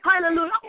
hallelujah